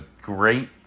great